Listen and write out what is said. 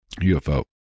UFO